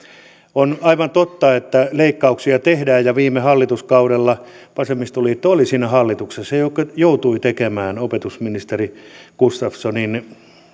on aivan totta että leikkauksia tehdään ja viime hallituskaudella vasemmistoliitto oli siinä hallituksessa joka joutui tekemään opetusministeri gustafssonin